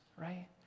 right